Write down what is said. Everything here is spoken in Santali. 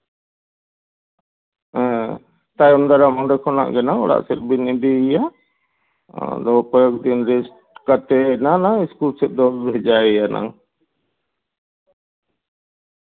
ᱛᱟᱭᱚᱢ ᱫᱟᱨᱟᱢ ᱚᱸᱰᱮ ᱠᱷᱚᱱᱟᱜ ᱜᱮ ᱱᱟᱝ ᱚᱲᱟᱜ ᱥᱮᱫ ᱵᱮᱱ ᱤᱫᱤᱭᱮᱭᱟ ᱟᱫᱚ ᱠᱚᱭᱮᱠ ᱫᱤᱱ ᱨᱮᱹᱥᱴ ᱠᱟᱛᱮ ᱮᱱᱟᱝ ᱱᱟᱝ ᱤᱥᱠᱩᱞ ᱥᱮᱫ ᱫᱚ ᱵᱷᱮᱡᱟᱭᱮᱭᱟ ᱱᱟᱝ